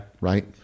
Right